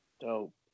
Dope